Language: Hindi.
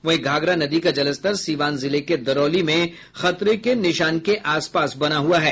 वहीं घाघरा नदी का जलस्तर सीवान जिले के दरौली में खतरे के निशान के आसपास बना हुआ है